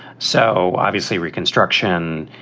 so obviously, reconstruction.